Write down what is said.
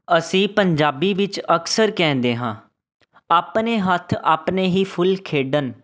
ਅਸੀਂ ਪੰਜਾਬੀ ਵਿੱਚ ਅਕਸਰ ਕਹਿੰਦੇ ਹਾਂ ਆਪਣੇ ਹੱਥ ਆਪਣੇ ਹੀ ਫੁੱਲ ਖੇਡਣ